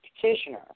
petitioner